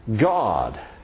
God